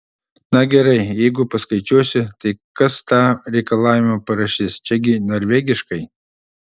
na gerai jeigu paskaičiuosiu tai kas tą reikalavimą parašys čia gi norvegiškai